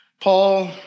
Paul